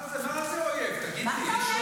מה זה אויב, תגיד לי.